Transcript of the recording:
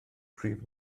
prif